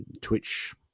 Twitch